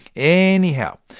anyhow,